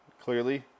clearly